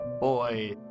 boy